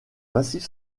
massif